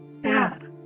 dad